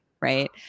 right